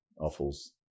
offals